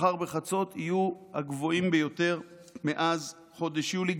מחר בחצות יהיו הגבוהים ביותר מאז חודש יולי.